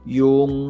yung